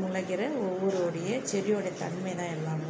முளைக்கிற ஒவ்வொரு உடைய செடியோட தன்மை தான் எல்லாமும்